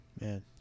Man